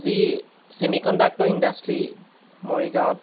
যি semiconductor industry মৰিগাঁৱত